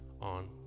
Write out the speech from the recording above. on